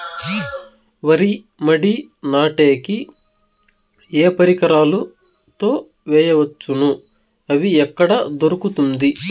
వరి మడి నాటే కి ఏ పరికరాలు తో వేయవచ్చును అవి ఎక్కడ దొరుకుతుంది?